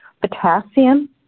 Potassium